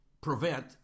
prevent